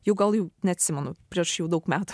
jau gal jau neatsimenu prieš jau daug metų